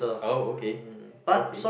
oh okay okay